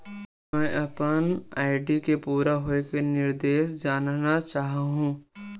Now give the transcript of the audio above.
मैं अपन आर.डी के पूरा होये के निर्देश जानना चाहहु